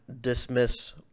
dismiss